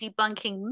debunking